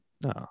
no